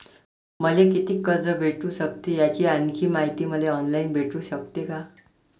मले कितीक कर्ज भेटू सकते, याची आणखीन मायती मले ऑनलाईन भेटू सकते का?